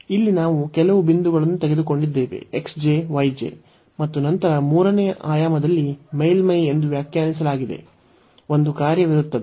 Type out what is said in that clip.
ಇಲ್ಲಿ ನಾವು ಕೆಲವು ಬಿಂದುಗಳನ್ನು ತೆಗೆದುಕೊಂಡಿದ್ದೇವೆ x j y j ಮತ್ತು ನಂತರ ಮೂರನೆಯ ಆಯಾಮದಲ್ಲಿ ಮೇಲ್ಮೈ ಎಂದು ವ್ಯಾಖ್ಯಾನಿಸಲಾದ ಒಂದು ಕಾರ್ಯವಿರುತ್ತದೆ